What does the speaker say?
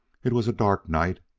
it was a dark night,